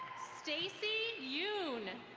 stacy yoon.